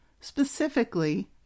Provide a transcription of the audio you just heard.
specifically